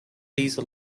diesel